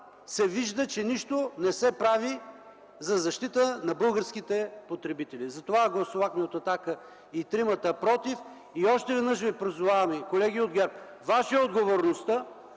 се вижда, че нищо не се прави за защита на българските потребители. Затова и тримата от „Атака” гласувахме „против”. Още веднъж ви призоваваме, колеги от ГЕРБ, ваша е отговорността,